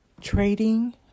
trading